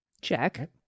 Check